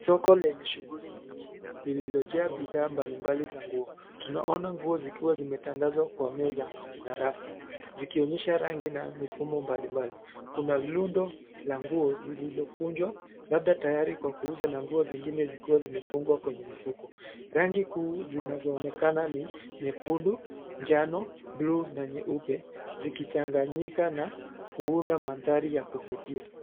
Soko lenye shughuli nyingi lililojaa bidhaa mbalimbali za nguo. Tunaona nguo zikiwa zimetandazwa kwa meza na rafu zikionyesha rangi na mifumo mbalimbali. Kuna rundo la nguo zilizokunjwa, labda tayari kwa kuuza na nguo zingine zikiwa zimefungwa kwenye mifuko. Rangi kuu zinazoonekana ni: nyekundu, njano, buluu na nyeupe zikichanganyika na kuunda mandhari ya kuvutia.